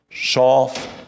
soft